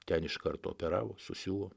ten iš karto operavo susiuvo